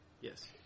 Yes